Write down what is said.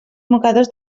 mocadors